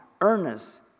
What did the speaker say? earnest